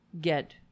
get